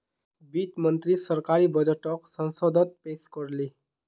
वित्त मंत्री सरकारी बजटोक संसदोत पेश कर ले